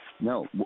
No